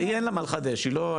בבקשה.